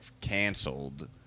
canceled